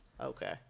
okay